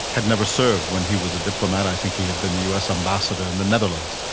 had never served, when he was a diplomat i think he had been the us ambassador in the netherlands.